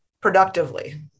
productively